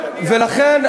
ולכן,